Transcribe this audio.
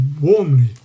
warmly